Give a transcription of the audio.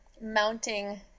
mounting